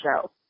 show